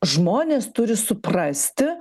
žmonės turi suprasti